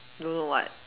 don't know what